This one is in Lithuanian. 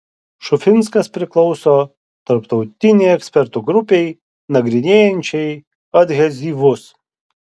šufinskas priklauso tarptautinei ekspertų grupei nagrinėjančiai adhezyvus